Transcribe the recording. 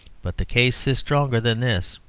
but the case is stronger than this.